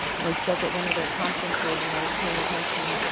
and i spoke at one of their conferences and i was paying attention.